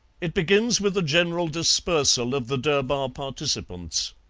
it begins with a general dispersal of the durbar participants